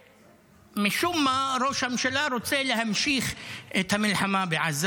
ומשום מה ראש הממשלה רוצה להמשיך את המלחמה בעזה.